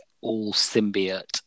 all-symbiote